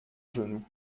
genoux